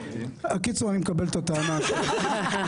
בקיצור, אני מקבל את הטענה שלכם.